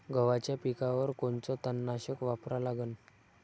गव्हाच्या पिकावर कोनचं तननाशक वापरा लागन?